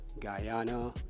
guyana